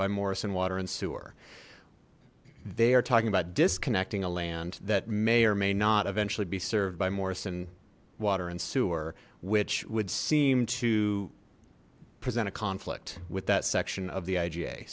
by morris and water and sewer they are talking about disconnecting a land that may or may not eventually be served by morrison water and sewer which would seem to present a conflict with that section of the i